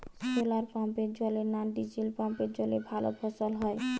শোলার পাম্পের জলে না ডিজেল পাম্পের জলে ভালো ফসল হয়?